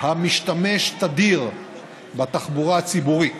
המשתמש תדיר בתחבורה הציבורית,